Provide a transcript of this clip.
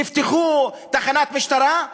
תפתחו תחנת משטרה,